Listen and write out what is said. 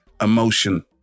emotion